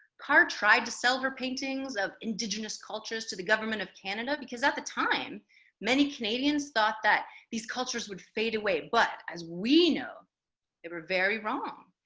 carr tried to sell her paintings of indigenous cultures to the government of canada because at the time many canadians thought that these cultures would fade away, but as we know they were very wrong.